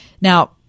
Now